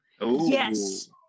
Yes